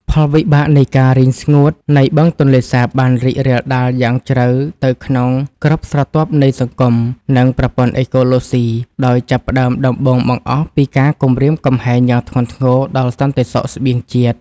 ផលវិបាកនៃការរីងស្ងួតនៃបឹងទន្លេសាបបានរីករាលដាលយ៉ាងជ្រៅទៅក្នុងគ្រប់ស្រទាប់នៃសង្គម និងប្រព័ន្ធអេកូឡូស៊ី ដោយចាប់ផ្តើមដំបូងបង្អស់ពីការគំរាមកំហែងយ៉ាងធ្ងន់ធ្ងរដល់សន្តិសុខស្បៀងជាតិ។